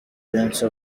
prince